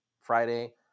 Friday